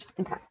Okay